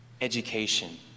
education